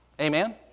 Amen